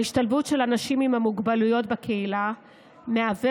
ההשתלבות של אנשים עם מוגבלויות בקהילה מהווה